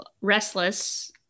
restless